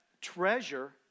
treasure